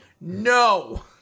No